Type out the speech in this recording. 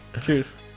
Cheers